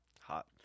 hot